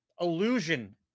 illusion